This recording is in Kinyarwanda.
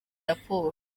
raporo